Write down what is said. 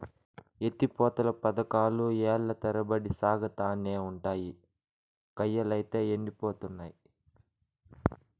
ఎత్తి పోతల పదకాలు ఏల్ల తరబడి సాగతానే ఉండాయి, కయ్యలైతే యెండిపోతున్నయి